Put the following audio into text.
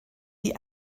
die